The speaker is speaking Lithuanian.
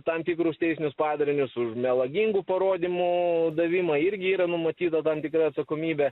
tam tikrus teisinius padarinius už melagingų parodymų davimą irgi yra numatyta tam tikra atsakomybė